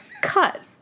cut